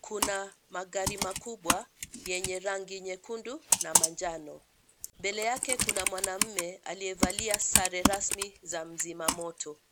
Kuna magari makubwa yenye rangi nyekundu na manjano. Mbele yake kuna mwanamume aliyevalia sare rasmi za mzima moto.